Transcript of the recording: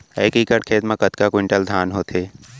एक एकड़ खेत मा कतका क्विंटल धान होथे?